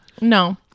No